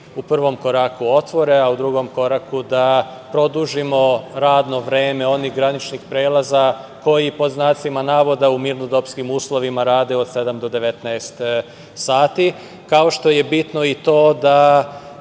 u prvom koraku otvore, a u drugom koraku da produžimo radno vreme onih graničnih prelaza koji u „mironodopskim“ uslovima rade od 7 do 19 sati, kako što je bitno i to da